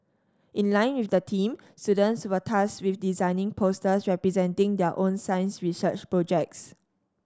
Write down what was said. in line with the theme students were tasked with designing posters representing their own science research projects